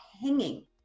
hanging